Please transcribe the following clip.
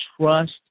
trust